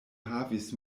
havis